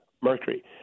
mercury